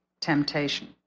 temptation